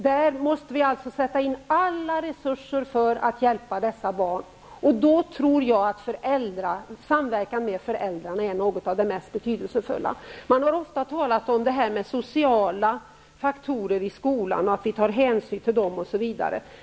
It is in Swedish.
Alla resurser måste sättas in för att hjälpa barn som inte lärt sig läsa och skriva. I det sammanhanget är samverkan med föräldrarna något av det mest betydelsefulla. Man hör ofta talas om detta med sociala faktorer i skolan och att man skall ta hänsyn till dem.